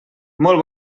molt